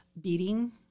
beating